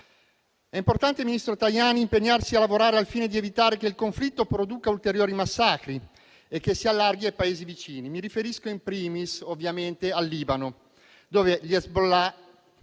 È importante, ministro Tajani, impegnarsi a lavorare al fine di evitare che il conflitto produca ulteriori massacri e che si allarghi ai Paesi vicini. Mi riferisco *in primis*, ovviamente, al Libano, dove gli Hezbollah